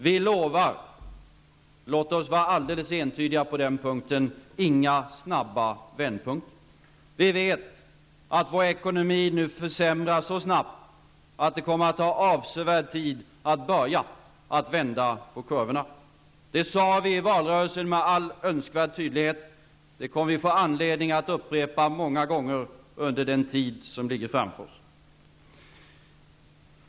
Vi lovar -- låt oss vara alldeles entydiga på den punkten -- inga snabba vändpunkter. Vi vet att vår ekonomi nu försämras så snabbt att det kommer att ta avsevärd tid att börja vända på kurvorna. Det sade vi i valrörelsen med all önskvärd tydlighet, och det kommer vi att få anledning att upprepa många gånger under den tid som ligger framför oss.